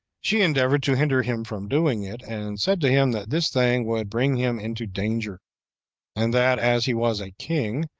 she endeavored to hinder him from doing it, and said to him that this thing would bring him into danger and that, as he was a king,